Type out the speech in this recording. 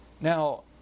Now